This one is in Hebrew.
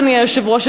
אדוני היושב-ראש,